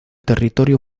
territorio